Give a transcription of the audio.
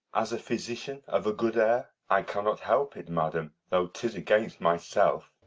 as a physician of a good air. i cannot help it, madam, though tis against myself.